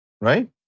Right